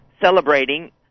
celebrating